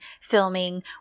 filming